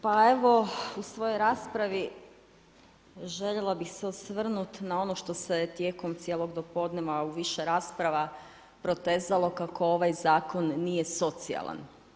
Pa evo u svojoj raspravi željela bi se osvrnuti na ono što se je tijekom cijelog dopodneva u više rasprava protezalo kako ovaj zakon nije socijalan.